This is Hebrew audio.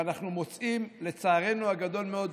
ואנחנו מוצאים, לצערנו הגדול מאוד,